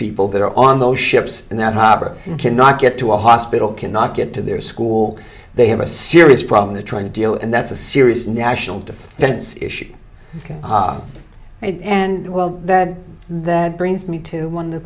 people that are on those ships and that harbor cannot get to a hospital cannot get to their school they have a serious problem they're trying to deal and that's a serious national defense issue and and well that that brings me to one